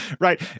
right